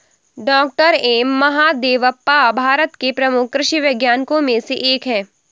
doctor M Mahadevappa Bharat के प्रमुख कृषि वैज्ञानिकों में से एक हैं